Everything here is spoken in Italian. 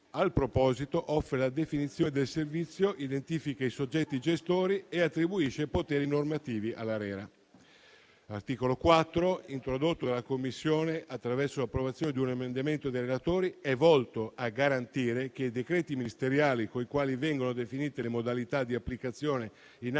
al proposito offre la definizione del servizio, identifica i soggetti gestori e attribuisce poteri normativi all'ARERA. L'articolo 4, introdotto dalla Commissione attraverso l'approvazione di un emendamento dei relatori, è volto a garantire che i decreti ministeriali coi quali vengono definite le modalità di applicazione in ambito